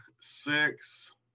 six